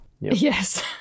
Yes